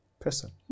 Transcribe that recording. person